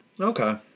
Okay